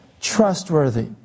trustworthy